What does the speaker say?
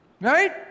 Right